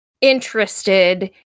interested